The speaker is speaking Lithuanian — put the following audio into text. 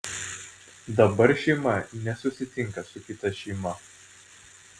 dabar šeima nesusitinka su kita šeima